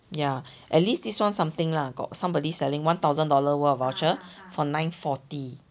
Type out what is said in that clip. ya at least this one something lah got somebody selling one thousand dollars worth of vouchers for nine fourty